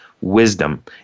wisdom